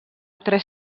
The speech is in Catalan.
tres